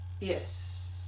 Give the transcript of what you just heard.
Yes